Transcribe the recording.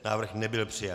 Návrh nebyl přijat.